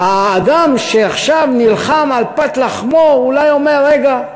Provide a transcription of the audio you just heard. האדם שעכשיו נלחם על פת לחמו אולי אומר: רגע,